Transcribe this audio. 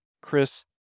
Chris